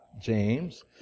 James